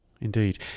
Indeed